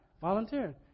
Volunteering